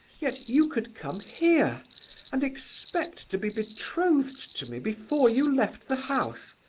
yet you could come here and expect to be betrothed to me before you left the house!